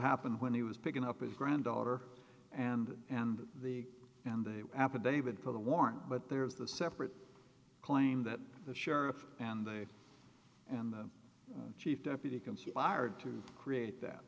happened when he was picking up his granddaughter and and the and the affidavit for the warrant but there is the separate claim that the sheriff and the and the chief deputy can see fired to create that